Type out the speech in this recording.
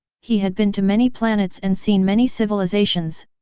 he had been to many planets and seen many civilizations,